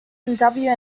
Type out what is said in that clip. acronym